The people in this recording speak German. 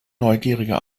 neugierige